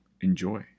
Enjoy